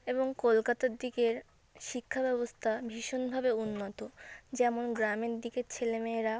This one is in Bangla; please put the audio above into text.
এবং কলকাতার দিকের শিক্ষা ব্যবস্থা ভীষণভাবে উন্নত যেমন গ্রামের দিকের ছেলে মেয়েরা